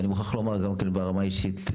ואני מוכרח לומר גם ברמה האישית,